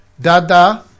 Dada